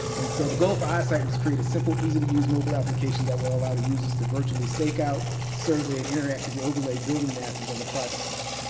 and so, the goal for eyesite was to create a simple, easy to use mobile application that will allow users to virtually stakeout, survey and interactive the overlay building masses on a project site.